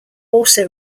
also